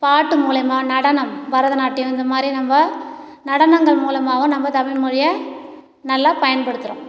பாட்டு மூலிமா நடனம் பரதநாட்டியம் இந்த மாதிரி நம்ம நடனங்கள் மூலமாகவும் நம்ம தமிழ் மொழியை நல்லா பயன்படுத்துகிறோம்